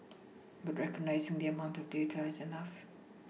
but recognising the amount of data is enough